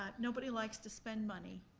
um nobody likes to spend money,